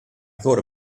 thought